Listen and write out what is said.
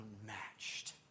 unmatched